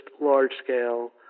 large-scale